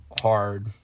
hard